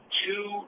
two